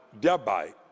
thereby